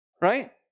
right